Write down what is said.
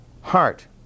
heart